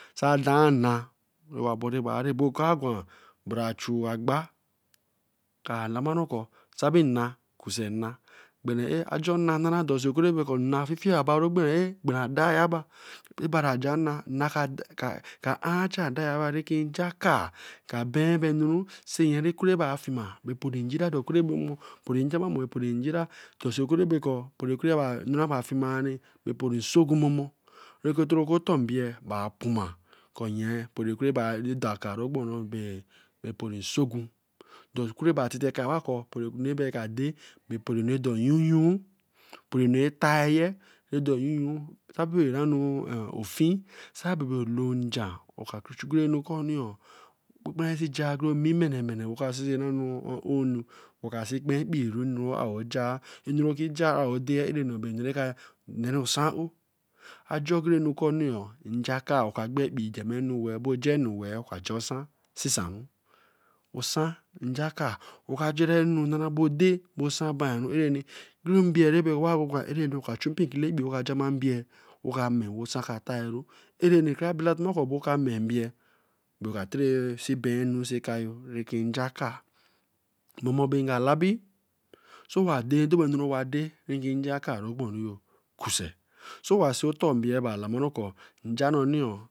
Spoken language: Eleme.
Sa dan nna wewabarenbo kra gwan a chu agba ka lamaru kor bae nna kusen nna gbere ayh, ajor nna beseponun nna ba fifie bra adati yaba ebara jan nna ba fifie bra adati yaba ebara jan nna ka ben be anuru, sienye ekure afima bo ngira opori jama. opori jama, opori njira bekor opori nsogun momo toro kotonbia kra puma kor dakar kun ogberonye. Anura kija oo deye areni bakor neeru osan oo, ajo gunri. onikon oo, oka gbe ekpii jenma nu wee bo ja enu weeh ka ja osan nsisan weru. oka ja nu nana bode, osan banru areni mbie ra wa oka ehu mkpikele expii jama mbie osan ka tairu areni kare bela kor ame mbie bae oka tere see ben anu sai kayo re ken jarka momo bae ma labi